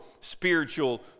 spiritual